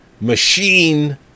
machine